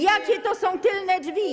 Jakie to są tylne drzwi?